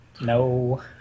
No